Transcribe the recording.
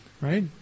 right